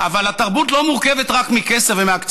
עלא כיפאק.